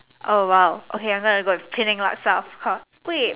oh !wow! okay I have to go with Penang Laksa of course wait